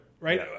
right